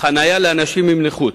חנייה לאנשים עם נכות